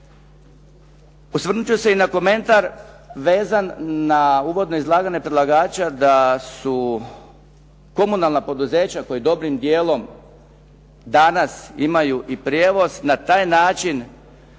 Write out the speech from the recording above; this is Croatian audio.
Osvrnuti ću se i na komentar vezan na uvodno izlaganje predlagača da su komunalna poduzeća koja dobrim dijelom danas imaju i prijevoz na taj način